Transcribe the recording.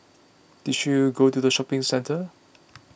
did you go to the shopping centre